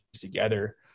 together